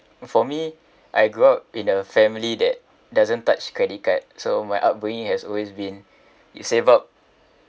for me I grew up in a family that doesn't touch credit card so my upbringing has always been you save up